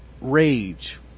rage